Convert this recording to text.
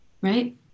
Right